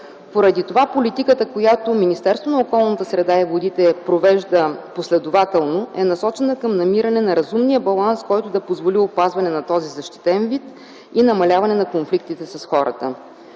Поради това политиката, която Министерството на околната среда и водите провежда последователно е насочена към намиране на разумния баланс, който да позволи опазване на този защитен вид и намаляване на конфликтите с хората.